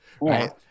Right